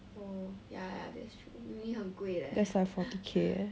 oh ya that's true uni 很贵 leh